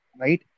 Right